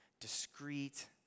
discreet